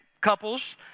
couples